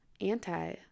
anti